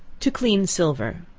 to clean silver.